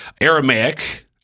Aramaic